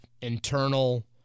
internal